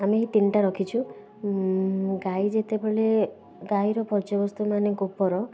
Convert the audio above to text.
ଆମେ ଏଇ ତିନିଟା ରଖିଛୁ ଗାଈ ଯେତେବେଳେ ଗାଈର ବର୍ଜ୍ୟବସ୍ତୁ ମାନେ ଗୋବର